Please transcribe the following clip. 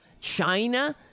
China